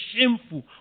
shameful